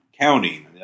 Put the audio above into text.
counting